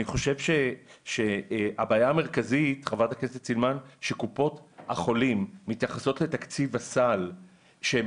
אני חושב שהבעיה המרכזית היא שקופות החולים מתייחסות לתקציב הסל שהן